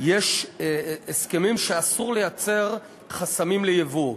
יש הסכמים שאסור לייצר חסמים ליבוא.